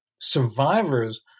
survivors